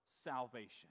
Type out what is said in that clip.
salvation